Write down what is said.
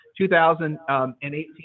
2018